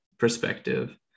perspective